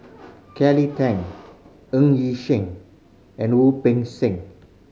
Kelly Tang Ng Yi Sheng and Wu Peng Seng